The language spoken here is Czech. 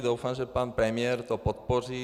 Doufám, že pan premiér to podpoří.